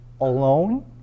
alone